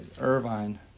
Irvine